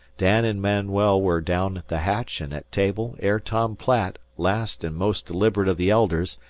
dan and manuel were down the hatch and at table ere tom platt, last and most deliberate of the elders,